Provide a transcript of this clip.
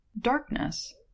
Darkness